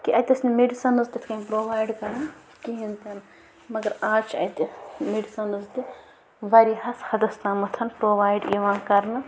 کہِ اَتہِ ٲسۍ نہٕ میڈڈِسَنٕز تِتھ کَنۍ پرٛووایڈ کَران کِہیٖنۍ تہِ نہٕ مگر آز چھِ اَتہِ میٚڈِسَنٕز تہِ واریاہس حَدس تامَتھ پرٛووایڈ یِوان کَرنہٕ